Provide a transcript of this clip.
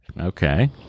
Okay